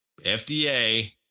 FDA